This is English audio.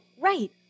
right